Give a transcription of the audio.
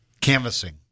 canvassing